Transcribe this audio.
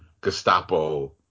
Gestapo